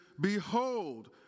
behold